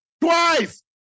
Twice